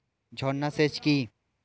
ঝর্না সেচ কি?